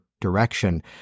direction